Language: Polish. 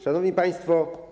Szanowni Państwo!